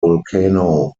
volcano